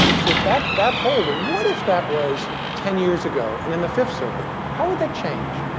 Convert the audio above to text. so that that holding, what if that was ten years ago and in the fifth circuit? how would that change?